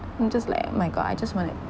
I'm just like my god I just want to